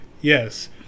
yes